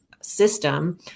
system